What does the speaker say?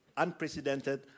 unprecedented